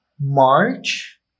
March